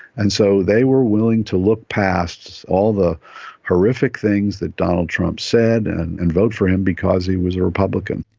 and so they were willing to look past all the horrific things that donald trump said and and vote for him because he was a republican.